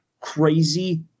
crazy